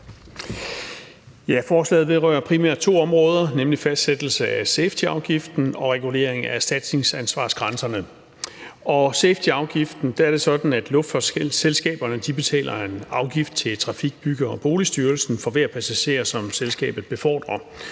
Forslaget vedrører primært to områder, nemlig fastsættelse af safetyafgiften og regulering af erstatningsansvarsgrænserne. Med safetyafgiften er det sådan, at luftfartsselskaberne betaler en afgift til Trafik-, Bygge- og Boligstyrelsen for hver passager, som selskabet befordrer.